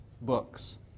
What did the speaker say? books